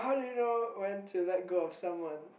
how do you know when to let go of someone